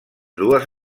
dues